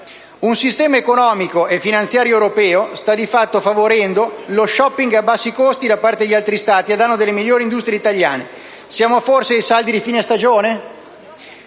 Il sistema economico e finanziario europeo sta di fatto favorendo lo *shopping* a bassi costi da parte di altri Stati a danno delle migliori industrie italiane. Siamo forse ai saldi di fine stagione?